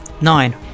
Nine